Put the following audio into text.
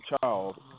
child